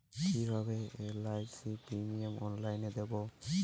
কিভাবে LIC premium অনলাইনে দেবো?